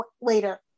later